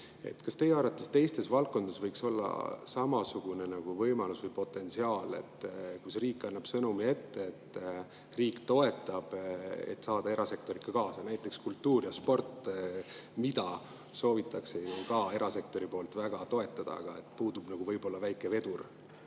Kas teie arvates teistes valdkondades võiks olla samasugune võimalus või potentsiaal, kus riik annab sõnumi ette, et riik toetab, et saada erasektorit ka kaasa, näiteks kultuur ja sport, mida soovitakse ka erasektori poolt väga toetada, aga puudub võib-olla väike vedur?